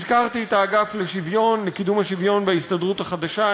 הזכרתי את האגף לקידום השוויון בהסתדרות החדשה,